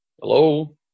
Hello